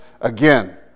again